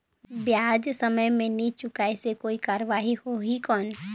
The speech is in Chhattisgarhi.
ब्याज समय मे नी चुकाय से कोई कार्रवाही होही कौन?